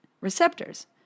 receptors